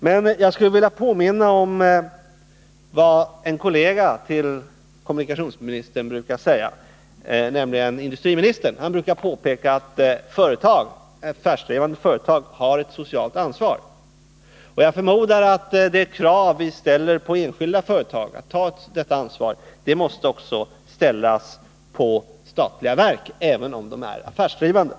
Men jag skulle vilja erinra om vad kommunikationsministerns kollega industriministern brukar påpeka, nämligen att affärsdrivande företag har ett socialt ansvar. Jag förmodar att de krav vi ställer på enskilda företag när det gäller att ta detta ansvar måste ställas också på statliga verk, även om de är affärsdrivande.